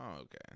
okay